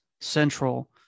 central